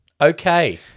okay